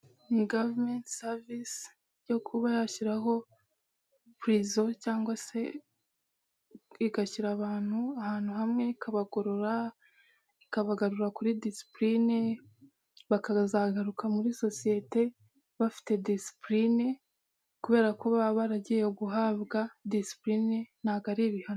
Ni gavumenti savisi yo kuba yashyiraho purizo cyangwa se igashyira abantu ahantu hamwe, ikabagorora ikabagarura kuri disipuline bakazagaruka muri sosiyete bafite dicipuline, kubera ko baba baragiye guhabwa dispuline ntabwo ari ibihano.